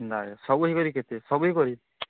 ହେନ୍ତା ହେଁ ସବୁ ହେଇକରି କେତେ ସବୁ ହେଇକରି